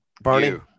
Barney